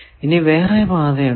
ഇനി വേറെ പാത ഉണ്ടോ